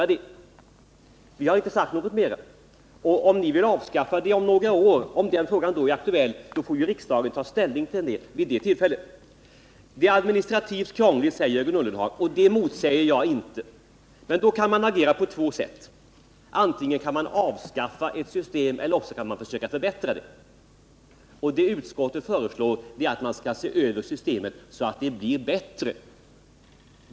Något mer har vi inte sagt. Om ni vill avskaffa systemet om några år — ifall frågan då är aktuell — får riksdagen ta ställning till ett sådant förslag vid det tillfället. Systemet är administrativt krångligt, säger Jörgen Ullenhag. Det bestrider jag inte. Men då kan man agera på två sätt: man kan avskaffa systemet eller också kan man försöka förbättra det. Vad utskottet föreslår är att man skall se över systemet i syfte att göra det bättre.